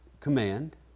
command